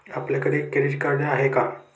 आपल्याकडे credit card आहे का?